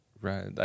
right